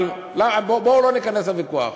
אבל בואו לא ניכנס לוויכוח.